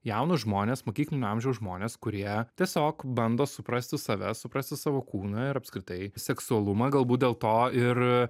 jaunus žmones mokyklinio amžiaus žmones kurie tiesiog bando suprasti save suprasti savo kūną ir apskritai seksualumą galbūt dėl to ir